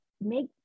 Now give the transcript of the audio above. make